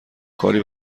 کاری